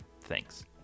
Thanks